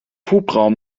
hubraum